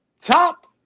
top